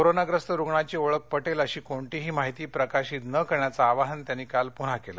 करोनाप्रस्त रुग्णाची ओळख पटेल अशी कोणतीही माहिती प्रकाशित न करण्याचं आवाहन त्यांनी काल पुन्हा केलं